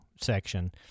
section